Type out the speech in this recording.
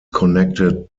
connected